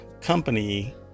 company